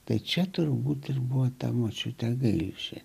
tai čia turbūt ir buvo ta močiute grįši